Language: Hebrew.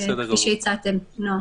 "חדלו להתקיים" זה משהו אובייקטיבי.